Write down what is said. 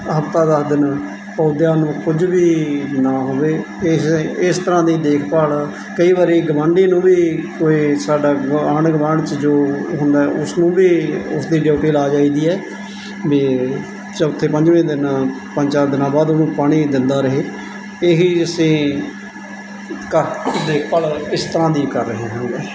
ਹਫ਼ਤਾ ਦਸ ਦਿਨ ਪੌਦਿਆਂ ਨੂੰ ਕੁਝ ਵੀ ਨਾ ਹੋਵੇ ਇਸ ਇਸ ਤਰ੍ਹਾਂ ਦੀ ਦੇਖਭਾਲ ਕਈ ਵਾਰ ਗੁਆਂਢੀ ਨੂੰ ਵੀ ਕੋਈ ਸਾਡਾ ਆਂਢ ਗੁਆਂਢ 'ਚ ਜੋ ਹੁੰਦਾ ਉਸ ਨੂੰ ਵੀ ਉਸ ਦੀ ਡਿਊਟੀ ਲਗਾ ਜਾਈਦੀ ਆ ਵੀ ਚੌਥੇ ਪੰਜਵੇਂ ਦਿਨ ਪੰਜ ਚਾਰ ਦਿਨਾਂ ਬਾਅਦ ਉਹਨੂੰ ਪਾਣੀ ਦਿੰਦਾ ਰਹੇ ਇਹ ਹੀ ਅਸੀਂ ਕ ਦੇਖਭਾਲ ਇਸ ਤਰ੍ਹਾਂ ਦੀ ਕਰ ਰਹੇ ਹੋਉਂਗੇ